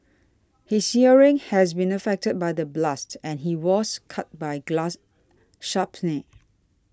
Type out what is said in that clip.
his hearing has been affected by the blast and he was cut by glass shrapnel